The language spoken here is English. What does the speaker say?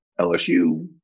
LSU